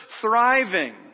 thriving